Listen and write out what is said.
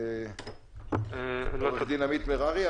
עמית מררי?